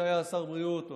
שהיה שר הבריאות,